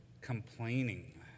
complaining